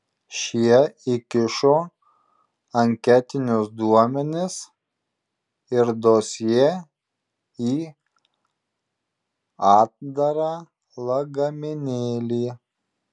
šie įkišo anketinius duomenis ir dosjė į atdarą lagaminėlį